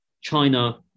China